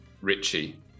Richie